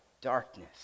darkness